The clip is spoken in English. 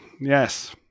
yes